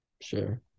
Sure